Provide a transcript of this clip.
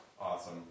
Awesome